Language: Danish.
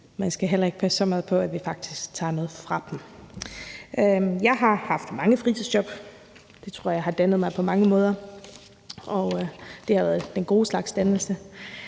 vi skal heller ikke passe så meget på dem, at vi faktisk tager noget fra dem. Jeg har haft mange fritidsjob, og det tror jeg har dannet mig på mange måder, og det har været den gode slags dannelse,